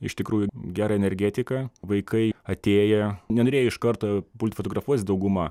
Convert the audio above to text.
iš tikrųjų gera energetika vaikai atėję nenorėjo iš karto pult fotografuotis dauguma